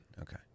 Okay